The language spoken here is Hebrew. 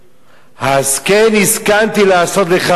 "ההסכן הסכנתי לעשות לך כה?",